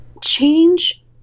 change